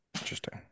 Interesting